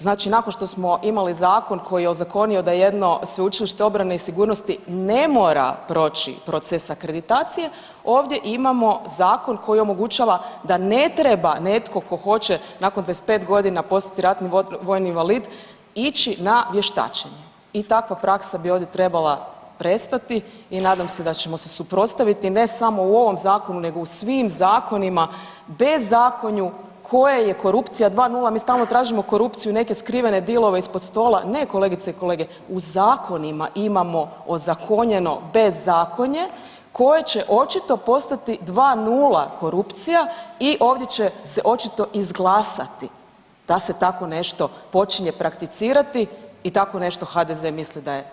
Znači nakon što smo imali zakon koji je ozakonio da jedno Sveučilište obrane i sigurnosti ne mora proći proces akreditacije, ovdje imamo zakon koji omogućava da ne treba netko tko hoće, nakon 25 godina postati ratni vojni invalid, ići na vještačenje i takva praksa bi ovdje trebala prestati i nadam se da ćemo se suprotstaviti, ne samo u ovom Zakonu, nego u svim zakonima, bezakonju koje je korupcija 2.0, mi stalno tražimo korupciju i neke skrivene dealove ispod stola, ne, kolegice i kolege, u zakonima imamo ozakonjeno bezakonje koje će očito postati 2.0 korupcija i ovdje će se očito izglasati da se tako nešto počinje prakticirati i tako nešto HDZ misli da je zakon.